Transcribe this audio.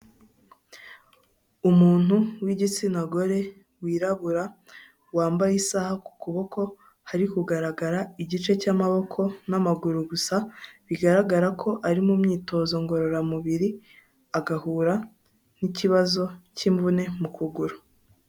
Umuntu w'igitsina gore wirabura wambaye isaha ku kuboko, hari kugaragara igice cy'amaboko n'amaguru gusa bigaragara ko ari mu myitozo ngororamubiri, agahura n'ikibazo cy'imvune mu kuguru.